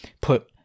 put